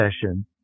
session